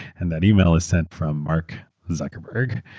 and that email is sent from mark zuckerburg.